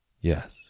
Yes